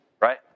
right